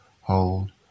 Hold